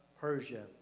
Persia